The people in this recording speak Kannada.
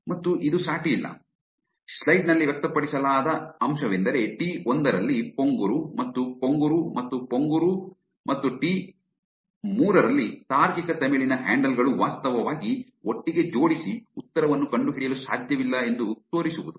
ಮತ್ತು ಇದು ಸಾಟಿಯಿಲ್ಲ ಸ್ಲೈಡ್ ನಲ್ಲಿ ವ್ಯಕ್ತಪಡಿಸಲಾದ ಅಂಶವೆಂದರೆ ಟಿ ೧ ರಲ್ಲಿ ಪೊಂಗುರು ಮತ್ತು ಪೊಂಗುರು ಮತ್ತು ಪೊಂಗುರು ಮತ್ತು ಟಿ ೩ ರಲ್ಲಿ ತಾರ್ಕಿಕ ತಮಿಳಿನ ಹ್ಯಾಂಡಲ್ ಗಳು ವಾಸ್ತವವಾಗಿ ಒಟ್ಟಿಗೆ ಜೋಡಿಸಿ ಉತ್ತರವನ್ನು ಕಂಡುಹಿಡಿಯಲು ಸಾಧ್ಯವಿಲ್ಲ ಎಂದು ತೋರಿಸುವುದು